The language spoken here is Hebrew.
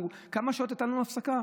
כמה שעות הייתה לנו הפסקה?